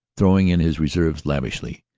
throwing in his reserves lavishly,